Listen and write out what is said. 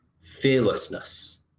fearlessness